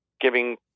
giving